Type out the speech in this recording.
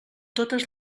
totes